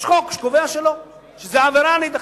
יש חוק שקובע שלא, שזו עבירה להידחף.